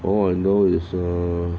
all I know is err